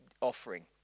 offering